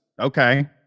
Okay